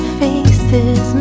faces